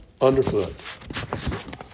underfoot